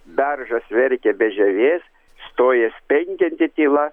beržas verkia be žievės stoja spengianti tyla